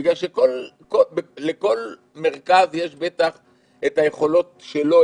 בגלל שלכל מרכז יש בטח את היכולות שלו,